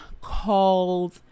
called